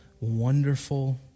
wonderful